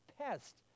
pest